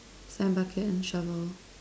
sand bucket and shovel